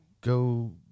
go